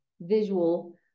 visual